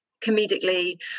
comedically